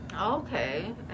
okay